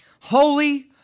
holy